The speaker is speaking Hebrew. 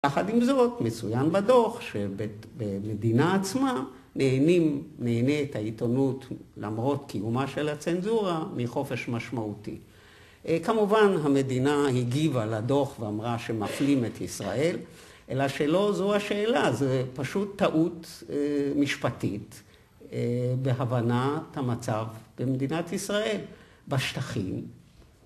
יחד עם זאת, מצוין בדוח שבמדינה עצמה נהנה את העיתונות למרות קיומה של הצנזורה, מחופש משמעותי. כמובן המדינה הגיבה לדוח ואמרה שמפלים את ישראל, אלא שלא זו השאלה, זה פשוט טעות משפטית בהבנת המצב במדינת ישראל, בשטחים.